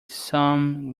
some